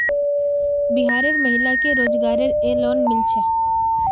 बिहार र महिला क रोजगार रऐ लोन मिल छे